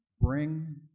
bring